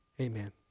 Amen